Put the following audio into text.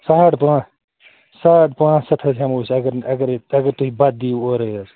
ساڑ باہ ساڑ پانٛژھ ہَتھ حظ ہٮ۪مو أسۍ اَگر نہٕ اَگرَے اگر تُہۍ بَتہٕ دِیِو اورَے حظ